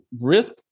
risk